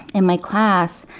in my class,